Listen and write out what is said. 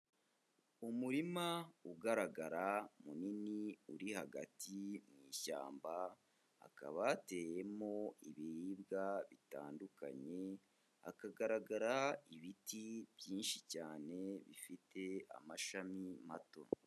Umurima ugaragara munini uri hagati mu ishyamba hakaba hateyemo ibiribwa bitandukanye, hakagaragara ibiti byinshi cyane bifite amashami mato.